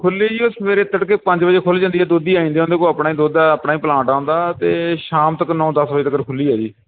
ਖੁੱਲ੍ਹੀ ਜੀ ਉਹ ਸਵੇਰੇ ਤੜਕੇ ਪੰਜ ਵਜੇ ਖੁੱਲ੍ਹ ਜਾਂਦੀ ਹੈ ਦੁੱਧੀ ਆ ਜਾਂਦੇ ਉਹਦੇ ਕੋਲ ਆਪਣਾ ਹੀ ਦੁੱਧ ਹੈ ਆਪਣਾ ਹੀ ਪਲਾਂਟ ਆ ਉਹਨਾਂ ਦਾ ਅਤੇ ਸ਼ਾਮ ਤੱਕ ਨੌ ਦਸ ਵਜੇ ਤੱਕ ਖੁੱਲ੍ਹੀ ਹੈ ਜੀ